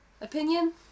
Opinion